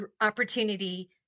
opportunity